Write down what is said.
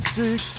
six